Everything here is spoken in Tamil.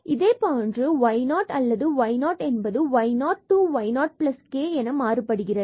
இதே போன்று yo or yo என்பது y0 yok என மாறுபடுகிறது